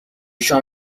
شام